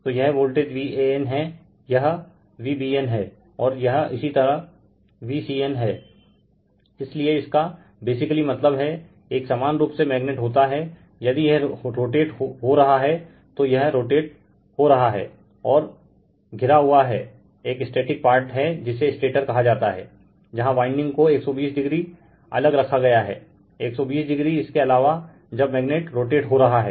तो यह voltage Van हैं यह Vbn हैं और यह इसी तरह Vcn हैं इसीलिए इसका बेसिकली मतलब हैं एक समान रूप से मैगनेट होता हैं यदि यह रोटेट हो रहा हैं तो यह रोटेट हो रहा हैं और घिरा हुआ हैं एक स्टेटिक पार्ट हैं जिसे स्टेटर कहा जाता हैं जहाँ वाइंडिग को 120o अलग रखा गया हैं 120o इसके अलावा जब मैगनेट रोटेट हो रहा हैं